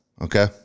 Okay